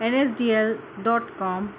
NSDL dot com